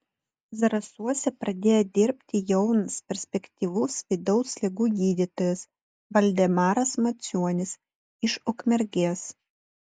zarasuose pradėjo dirbti jaunas perspektyvus vidaus ligų gydytojas valdemaras macionis iš ukmergės